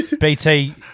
BT